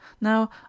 now